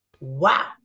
Wow